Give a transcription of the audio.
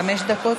חמש דקות.